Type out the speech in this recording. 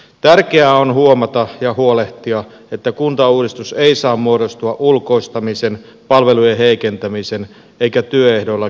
tärkeää on huomata ja huolehtia että kuntauudistus ei saa muodostua ulkoistamisen palvelujen heikentämisen eikä työehdoilla keinottelun välineeksi